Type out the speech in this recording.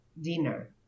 dinner